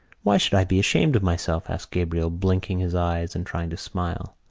why should i be ashamed of myself? asked gabriel, blinking his eyes and trying to smile.